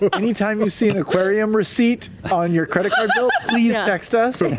um any time you see an aquarium receipt on your credit card bill, ah please text us.